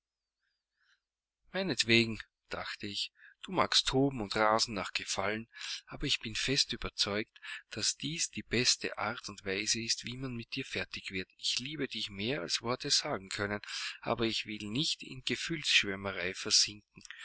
meinetwegen dachte ich du magst toben und rasen nach gefallen aber ich bin fest überzeugt daß dies die beste art und weise ist wie man mit dir fertig wird ich liebe dich mehr als worte sagen können aber ich will nicht in gefühlsschwärmerei versinken